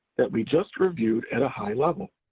that we just reviewed at a high level.